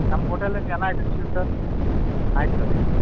ನಮ್ಮ ಹೊಟೇಲಲ್ಲಿ ಎಲ್ಲ ಐಟಮ್ಸ್ ಸಿಗುತ್ತೆ ಸರ್ ಆಯ್ತು ಸರ್